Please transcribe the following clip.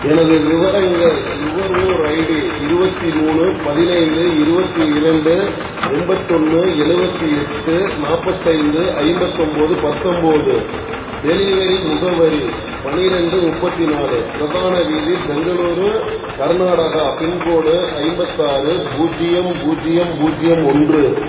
எனது விவரங்கள் நுகர்வோர் ஐடி இருபத்தி மூணு பதினைந்து இருபத்தி இரண்டு எண்பத்து ஒன்று எழுவத்தி எட்டு நாற்பத்தைந்து ஐம்பத்து ஒம்பது பத்தொம்பது டெலிவரி முகவரி பன்னிரெண்டு முப்பத்து நாலு பிரதான வீதி பெங்களூர் கர்நாடகா பின்கோடு ஐம்பத்து ஆறு பூஜ்ஜியம் பூஜ்ஜியம் பூஜ்ஜியம் ஒன்று